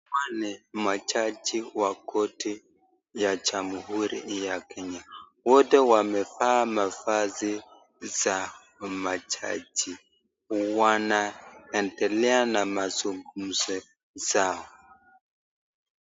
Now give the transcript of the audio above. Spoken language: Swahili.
Majaji wa court ya jamuhuri ya Kenya, wote wamevaa mavazi za majaji ,wanaendelea na mazungumzo zao.